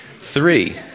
Three